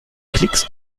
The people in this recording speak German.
klicks